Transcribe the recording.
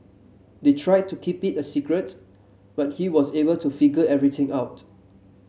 they tried to keep it a secret but he was able to figure everything out